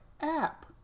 app